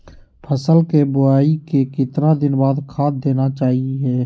फसल के बोआई के कितना दिन बाद खाद देना चाइए?